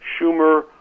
Schumer